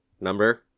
number